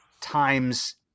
times